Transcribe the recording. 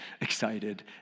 excited